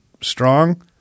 strong